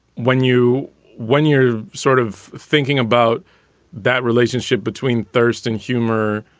when you when you're sort of thinking about that relationship between thurston humor.